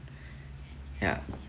ya